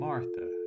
Martha